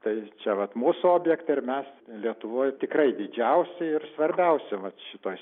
tai čia vat mūsų objektai ir mes lietuvoj tikrai didžiausi ir svarbiausi vat šitoj